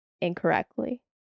incorrectly